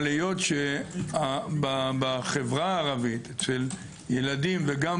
אבל היות שבחברה הערבית אצל ילדים וגם